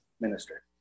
minister